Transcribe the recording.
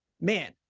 man